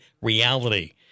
reality